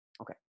Okay